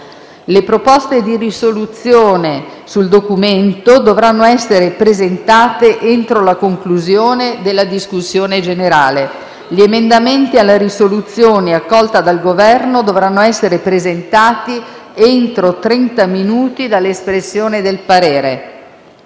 Le proposte di risoluzione sul documento dovranno essere presentate entro la conclusione della discussione generale. Gli emendamenti alla risoluzione accolta dal Governo dovranno essere presentati entro trenta minuti dall'espressione del parere.